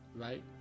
Right